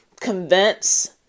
convince